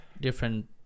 different